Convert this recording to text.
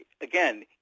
again